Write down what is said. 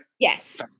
Yes